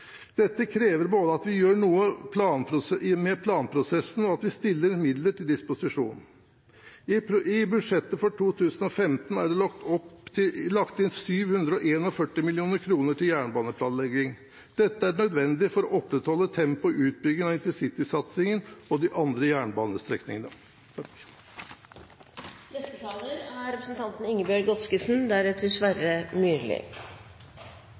Dette krever både at vi gjør noe med planprosessene, og at vi stiller midler til disposisjon. I budsjettet for 2015 er det lagt inn 741 mill. kr til jernbaneplanlegging. Dette er nødvendig for å opprettholde tempoet i utbyggingen av intercitysatsingen og av de andre jernbanestrekningene. Det er